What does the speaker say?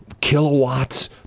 kilowatts